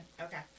Okay